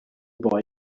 boy